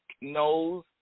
knows